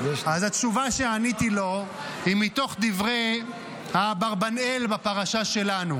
התשובה שעניתי לו היא מתוך דברי האברבנאל בפרשה שלנו,